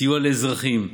סיוע לאזרחים,